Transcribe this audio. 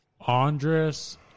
Andres